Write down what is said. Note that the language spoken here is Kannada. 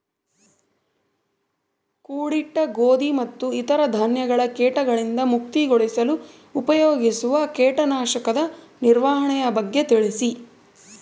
ಕೂಡಿಟ್ಟ ಗೋಧಿ ಮತ್ತು ಇತರ ಧಾನ್ಯಗಳ ಕೇಟಗಳಿಂದ ಮುಕ್ತಿಗೊಳಿಸಲು ಉಪಯೋಗಿಸುವ ಕೇಟನಾಶಕದ ನಿರ್ವಹಣೆಯ ಬಗ್ಗೆ ತಿಳಿಸಿ?